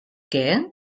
què